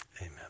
amen